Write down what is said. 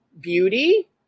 beauty